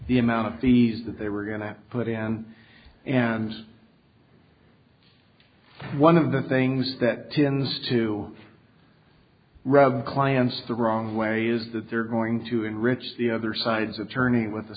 the amount of the that they were going to put him and one of the things that tends to rub clients the wrong way is that they're going to enrich the other side's attorney with